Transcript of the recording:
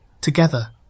Together